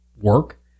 work